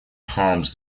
harms